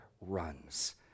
runs